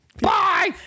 Bye